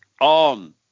on